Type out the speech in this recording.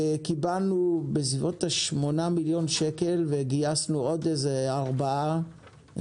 קיבלנו בסביבות 8 מיליון שקל וגייסנו עוד איזה 4 מיליון.